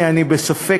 התשובה?